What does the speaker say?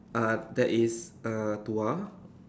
uh that is uh Tuah